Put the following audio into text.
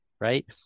Right